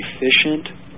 efficient